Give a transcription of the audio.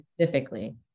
specifically